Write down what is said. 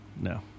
no